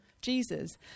Jesus